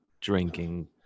drinking